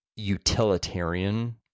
Utilitarian